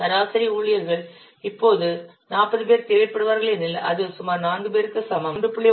சராசரி ஊழியர்கள் இப்போது 40 பேர் தேவைப்படுவார்கள் எனில் அது சுமார் 4 பேருக்கு சமம் 3